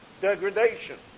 degradation